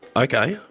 ok.